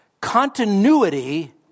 continuity